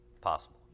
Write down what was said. possible